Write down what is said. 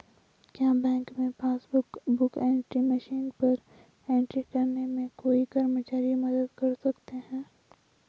क्या बैंक में passbook book entry machine पर एंट्री करने में कोई कर्मचारी मदद कर सकते हैं?